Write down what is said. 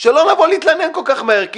שלא נבוא להתלונן כל כך מהר,